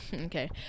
Okay